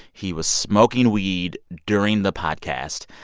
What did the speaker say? he was smoking weed during the podcast.